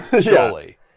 surely